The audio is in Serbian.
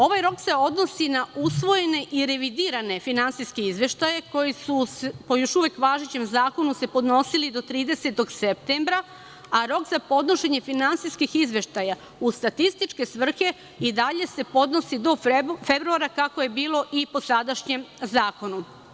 Ovaj rok se odnosi na usvojene i revidirane finansijske izveštaje, koji su po još uvek važećem zakonu se podnosili do 30. septembra, a rok za podnošenje finansijskih izveštaja u statističke svrhe, i dalje se podnosi do februara, kako je bilo i po sadašnjem zakonu.